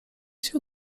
się